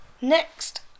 Next